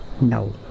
No